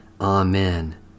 Amen